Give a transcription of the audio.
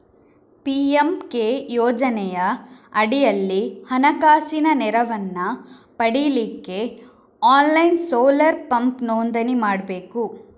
PMK ಯೋಜನೆಯ ಅಡಿಯಲ್ಲಿ ಹಣಕಾಸಿನ ನೆರವನ್ನ ಪಡೀಲಿಕ್ಕೆ ಆನ್ಲೈನ್ ಸೋಲಾರ್ ಪಂಪ್ ನೋಂದಣಿ ಮಾಡ್ಬೇಕು